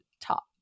top